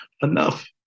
enough